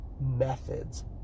methods